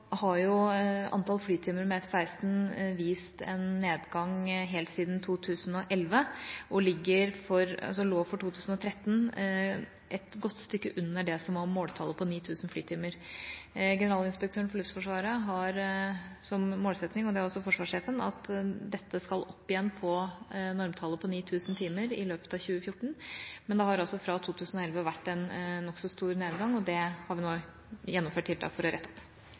antall flytimer med F-16 vist en nedgang helt siden 2011 og lå for 2013 et godt stykke under det som var måltallet på 9 000 flytimer. Generalinspektøren for Luftforsvaret har som målsetting, og det har også Forsvarssjefen, at dette skal opp igjen på normtallet på 9 000 timer i løpet av 2014. Men det har altså fra 2011 vært en nokså stor nedgang, og det har vi nå gjennomført tiltak for å rette opp.